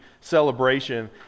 celebration